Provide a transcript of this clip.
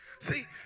see